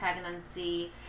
pregnancy